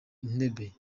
entebbe